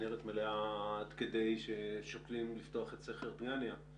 הכנרת מלאה עד כדי ששוקלים לפתוח את סכר דגניה,